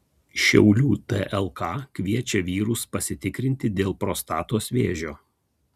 šiaulių tlk kviečia vyrus pasitikrinti dėl prostatos vėžio